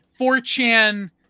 4chan